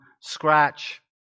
scratch